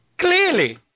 Clearly